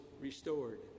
restored